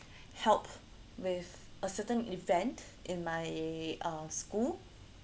help with a certain event in my uh school